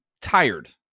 tired